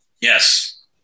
Yes